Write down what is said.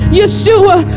yeshua